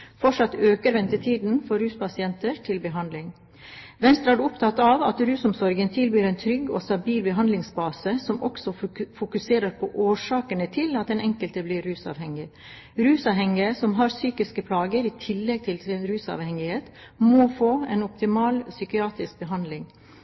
Fortsatt øker ventetiden for ruspasienter til behandling. Venstre er opptatt av at rusomsorgen tilbyr en trygg og stabil behandlingsbase som også fokuserer på årsakene til at den enkelte blir rusavhengig. Rusavhengige som har psykiske plager i tillegg til sin rusavhengighet, må få en